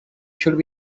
should